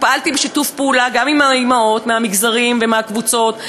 ופעלתי בשיתוף פעולה גם עם האימהות מהמגזרים ומהקבוצות,